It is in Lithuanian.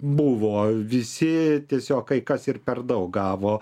buvo visi tiesiog kai kas ir per daug gavo